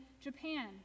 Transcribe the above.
Japan